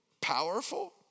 powerful